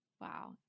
Wow